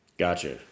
Gotcha